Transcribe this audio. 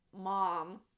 mom